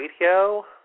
Radio